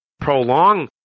prolong